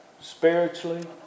spiritually